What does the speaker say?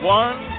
one